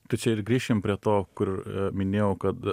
tai čia ir grįšim prie to kur minėjau kad